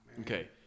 Okay